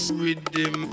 rhythm